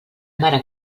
mare